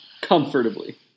comfortably